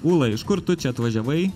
ūla iš kur tu čia atvažiavai